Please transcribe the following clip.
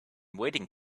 waiting